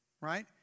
Right